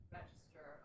register